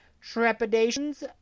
trepidations